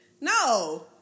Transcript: No